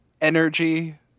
energy